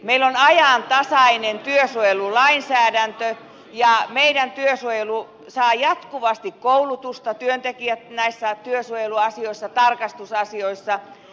meillä on ajantasainen työsuojelulainsäädäntö ja meidän työsuojelumme työntekijät saavat jatkuvasti koulutusta näissä työsuojeluasioissa tarkastusasioissa